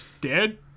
dead